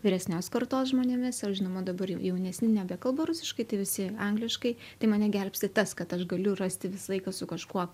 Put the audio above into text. vyresnios kartos žmonėmis ir žinoma dabar jau jaunesni nebekalba rusiškai tai visi angliškai tai mane gelbsti tas kad aš galiu rasti visą laiką su kažkuo